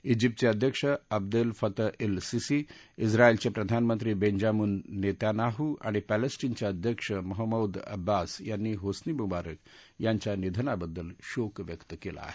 ाजिप्तचे अध्यक्ष Abdel Fattah el Sisi उत्रायलचे प्रधानमंत्री बेजांमिन नेतान्याहू आणि पॅलेस्टिनचे अध्यक्ष महम्मोद अब्बास यांनी होस्नी मुबारक यांच्या निधनाबद्दल शोक व्यक्त केला आहे